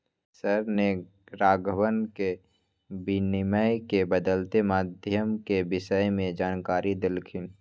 sir ने राघवन के विनिमय के बदलते माध्यम के विषय में जानकारी देल खिन